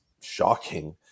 shocking